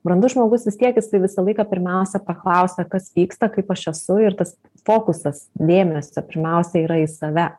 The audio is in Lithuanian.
brandus žmogus vis tiek jisai visą laiką pirmiausia paklausia kas vyksta kaip aš esu ir tas fokusas dėmesio pirmiausia yra į save